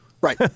Right